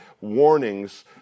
warnings